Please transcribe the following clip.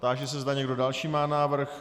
Táži se, zda někdo další má návrh.